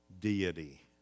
deity